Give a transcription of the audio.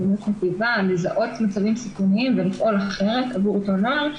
--- לזהות מצבים סיכוניים ולפעול אחרת עבור אותו נער,